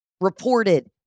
reported